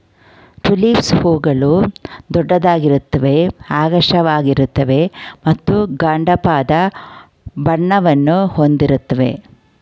tulips ಹೂಗಳು ದೊಡ್ಡದಾಗಿರುತ್ವೆ ಆಕರ್ಷಕವಾಗಿರ್ತವೆ ಮತ್ತು ಗಾಢವಾದ ಬಣ್ಣವನ್ನು ಹೊಂದಿರುತ್ವೆ